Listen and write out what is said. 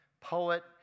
poet